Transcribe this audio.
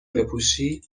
بپوشی